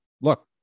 look